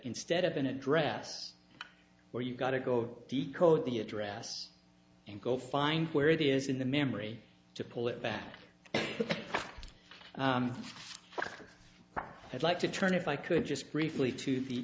instead of an address where you got to go decode the address and go find where it is in the memory to pull it back and i'd like to turn if i could just briefly to